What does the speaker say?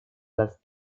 las